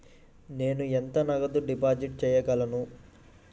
నేను ఎంత నగదు డిపాజిట్ చేయగలను?